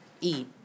eat